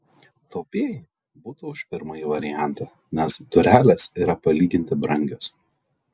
taupieji būtų už pirmąjį variantą nes durelės yra palyginti brangios